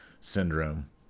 syndrome